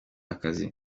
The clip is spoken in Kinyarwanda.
akazi